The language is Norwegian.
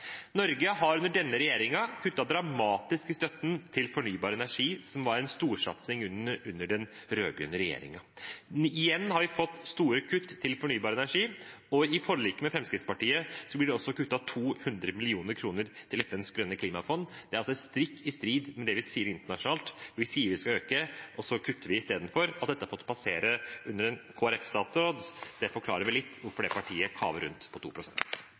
Norge har under denne regjeringen kuttet dramatisk i støtten til fornybar energi, som var en storsatsing under den rød-grønne regjeringen. Igjen har vi fått store kutt til fornybar energi, og i forliket med Fremskrittspartiet blir det også kuttet 200 mill. kr til FNs grønne klimafond. Det er stikk i strid med det vi sier internasjonalt. Vi sier vi skal øke, og så kutter vi istedenfor. At dette har fått passere under en Kristelig Folkeparti-statsråd, forklarer vel litt hvorfor det partiet kaver rundt på